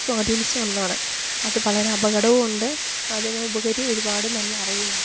സ്വാധീനിച്ച ഒന്നാണ് അത് വളരെ അപകടവും ഉണ്ട് അതിന് ഒരുപാട് നല്ല അറിവുമുണ്ട്